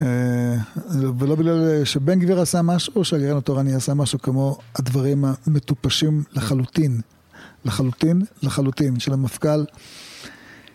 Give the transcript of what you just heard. ולא בגלל שבן גביר עשה משהו, או ה? התורני עשה משהו כמו הדברים המטופשים לחלוטין, לחלוטין, לחלוטין של המפכ"ל.